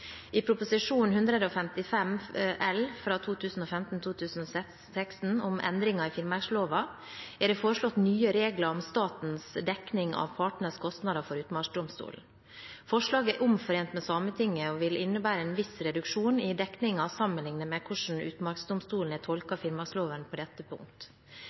I Prop. 155 L for 2015–2016 om endringer i Finnmarksloven er det foreslått nye regler om statens dekning av partenes kostnader for Utmarksdomstolen. Forslaget er omforent med Sametinget og vil innebære en viss reduksjon i dekningen sammenlignet med hvordan Utmarksdomstolen har tolket Finnmarksloven på dette